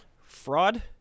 Fraud